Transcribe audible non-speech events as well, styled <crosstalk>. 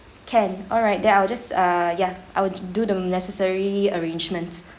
can alright then I will just err ya I will j~ do the necessary arrangements <breath>